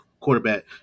Quarterback